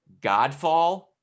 Godfall